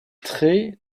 traits